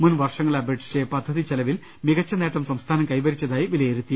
മുൻ വർഷങ്ങളെ അപേക്ഷിച്ച് പദ്ധതി ചെലവിൽ മികച്ച നേട്ടം സംസ്ഥാന കൈവരിച്ചതായി വിലയിരുത്തി